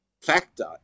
factor